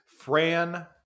Fran